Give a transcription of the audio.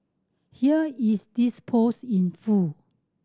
here is dis post in full